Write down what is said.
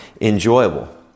enjoyable